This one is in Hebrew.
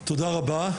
תודה רבה.